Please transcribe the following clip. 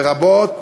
לרבות